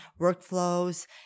workflows